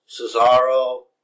Cesaro